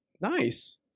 Nice